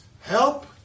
help